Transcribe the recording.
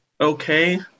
okay